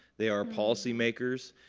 they are policy makers.